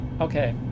okay